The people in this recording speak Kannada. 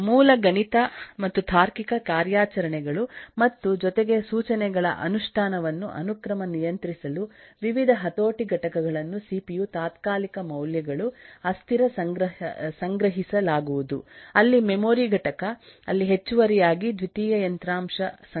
ಮೂಲ ಗಣಿತ ಮತ್ತುತಾರ್ಕಿಕ ಕಾರ್ಯಾಚರಣೆಗಳು ಮತ್ತುಜೊತೆಗೆಸೂಚನೆಗಳ ಅನುಷ್ಠಾನವನ್ನು ಅನುಕ್ರಮ ನಿಯಂತ್ರಿಸಲು ವಿವಿಧ ಹತೋಟಿ ಘಟಕಗಳನ್ನುಸಿಪಿಯು ತಾತ್ಕಾಲಿಕ ಮೌಲ್ಯಗಳು ಅಸ್ಥಿರ ಸಂಗ್ರಹಿಸಲಾಗುವುದು ಅಲ್ಲಿ ಮೆಮೊರಿ ಘಟಕ ಅಲ್ಲಿ ಹೆಚ್ಚುವರಿಯಾಗಿ ದ್ವಿತೀಯ ಯಂತ್ರಾಂಶ ಸಂಗ್ರಹ ಹೀಗೆ ಆಗಿರಬಹುದು